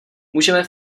můžeme